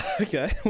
Okay